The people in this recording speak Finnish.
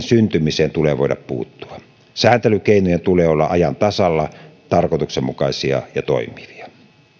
syntymiseen tulee voida puuttua sääntelykeinojen tulee olla ajan tasalla tarkoituksenmukaisia ja toimivia